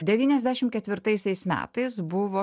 devyniasdešim ketvirtaisiais metais buvo